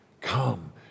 come